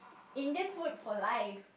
Indian food for life